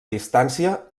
distància